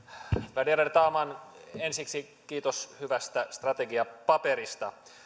värderade talman ensiksi kiitos hyvästä strategiapaperista äsken